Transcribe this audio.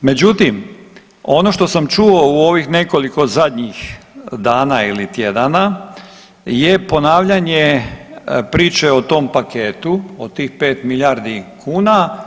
Međutim, ono što sam čuo u ovih nekoliko zadnjih dana ili tjedana je ponavljanje priče o tom paketu od tih 5 milijardi kuna